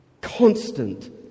constant